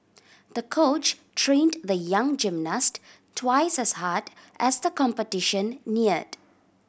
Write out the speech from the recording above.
the coach trained the young gymnast twice as hard as the competition neared